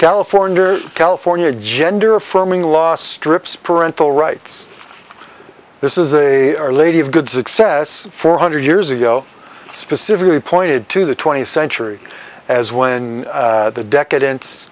california california gender affirming last strips parental rights this is a our lady of good success four hundred years ago specifically pointed to the twentieth century as when the decadence